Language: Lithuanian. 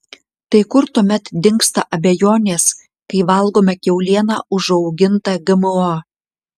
tai kur tuomet dingsta abejonės kai valgome kiaulieną užaugintą gmo